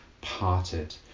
parted